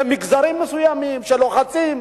למגזרים מסוימים שלוחצים.